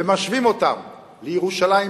ומשווים אותם לירושלים,